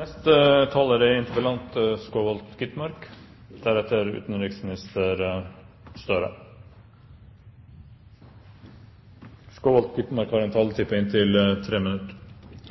Vårt felles utgangspunkt er